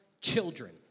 children